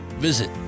Visit